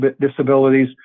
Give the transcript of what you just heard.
disabilities